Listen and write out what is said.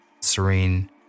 serene